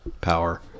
power